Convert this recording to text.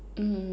mmhmm